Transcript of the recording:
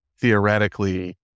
theoretically